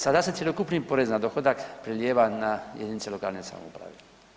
Sada se cjelokupni porez na dohodak prelijeva na jedinice lokalne samouprave.